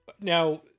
now